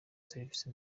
serivise